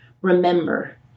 Remember